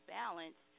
balance